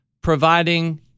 providing